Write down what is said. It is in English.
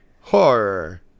Horror